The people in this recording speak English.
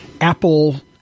Apple